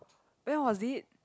when was it